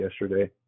yesterday